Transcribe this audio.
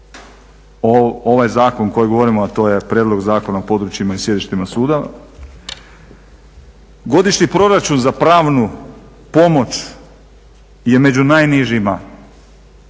ovaj zakon o kojem govorimo a to je prijedlog Zakona o područjima i sjedištima suda. Godišnji proračun za pravnu pomoć je među najnižima